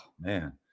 man